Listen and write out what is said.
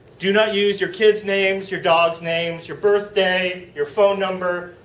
do not use your kids' names, your dogs' names, your birthday, your phone number,